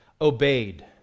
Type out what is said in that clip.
obeyed